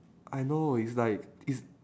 I know it's like it's